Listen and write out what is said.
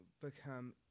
become